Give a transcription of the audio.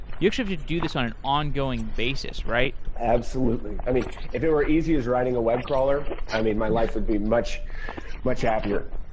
you actually have to do this on an ongoing basis, right? absolutely. if it were easy as writing a web crawler, my life would be much much happier.